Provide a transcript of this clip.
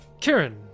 Karen